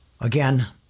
Again